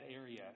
area